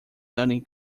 sunny